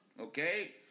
Okay